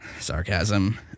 Sarcasm